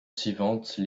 suivante